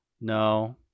No